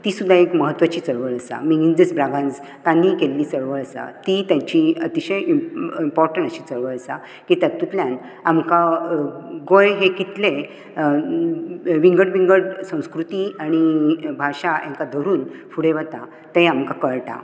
ती सुद्दां एक महत्वाची चळवळ आसा मिनेजिस ब्रागांझ तांणी केल्ली चळवळ आसा ती तांची अतिशय इम्पॉर्टन्ट अशी चळवळ आसा की तातुंतल्यान आमकां गोंय हें कितलें विंगड विंगड संस्कृती आनी भाशा हेंका धरून फुडें वता तें आमकां कळटा